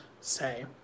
say